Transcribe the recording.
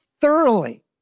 thoroughly